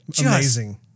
Amazing